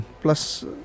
plus